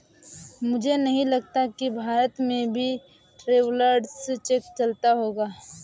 मुझे नहीं लगता कि भारत में भी ट्रैवलर्स चेक चलता होगा